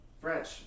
French